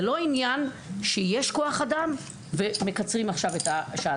זה לא עניין שיש כוח אדם ומקצרים עכשיו את השעה.